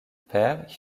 père